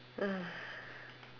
ah